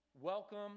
Welcome